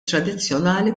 tradizzjonali